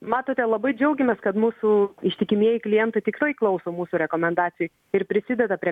matote labai džiaugiamės kad mūsų ištikimieji klientai tikrai klauso mūsų rekomendacijų ir prisideda prie